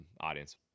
audience